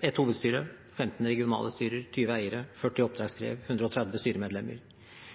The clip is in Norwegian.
ett hovedstyre, 15 regionale styrer, 20 eiere, 40 oppdragsbrev, 130 styremedlemmer.